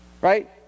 Right